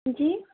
جی